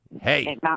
Hey